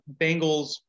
Bengals